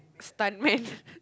stuntman